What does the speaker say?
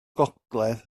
gogledd